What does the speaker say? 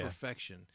perfection